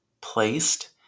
placed